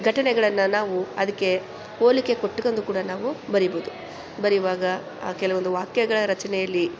ಘಟನೆಗಳನ್ನು ನಾವು ಅದಕ್ಕೆ ಹೋಲಿಕೆ ಕೊಟ್ಕೊಂಡು ಕೂಡ ನಾವು ಬರಿಬೋದು ಬರೆವಾಗ ಕೆಲವೊಂದು ವಾಕ್ಯಗಳ ರಚನೆ ಇರಲಿ